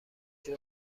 قطر